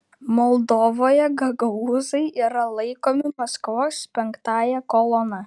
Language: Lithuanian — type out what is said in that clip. moldovoje gagaūzai yra laikomi maskvos penktąja kolona